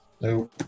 No